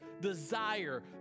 desire